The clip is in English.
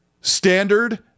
standard